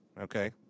Okay